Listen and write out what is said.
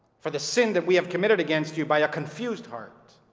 for the sins we have committed against you by a confused heart.